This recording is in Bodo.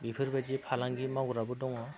बेफोरबायदि फालांगि मावग्राबो दङ